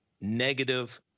negative